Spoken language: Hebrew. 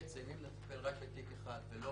אם נטפל רק בתיק אחד ולא